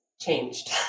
changed